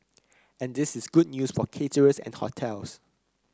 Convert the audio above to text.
and this is good news for caterers and hotels